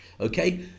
Okay